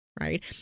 right